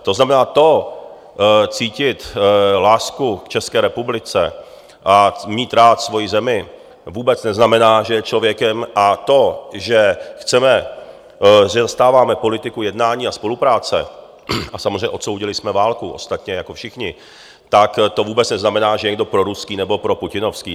To znamená, to, cítit lásku k České republice a mít rád svoji zemi, vůbec neznamená, že je člověkem a to, že chceme, že zastáváme politiku jednání a spolupráce, a samozřejmě odsoudili jsme válku, ostatně jako všichni, tak to vůbec neznamená, že je někdo proruský nebo proputinovský.